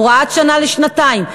הוראת שעה לשנתיים.